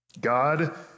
God